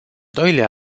doilea